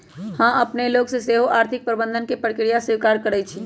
हम अपने लेल सेहो आर्थिक प्रबंधन के प्रक्रिया स्वीकारइ छी